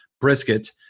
brisket